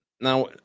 Now